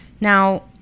Now